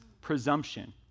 presumption